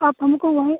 आप हमको वहीं